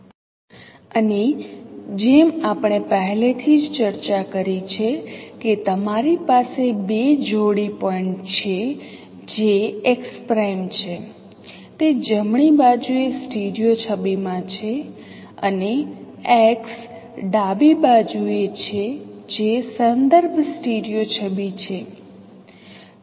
અને જેમ આપણે પહેલેથી જ ચર્ચા કરી છે કે તમારી પાસે બે જોડી પોઇન્ટ છે જે x' છે તે જમણી બાજુએ સ્ટીરિઓ છબીમાં છે અને x ડાબી બાજુએ છે જે સંદર્ભ સ્ટીરિયો છબી છે